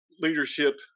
leadership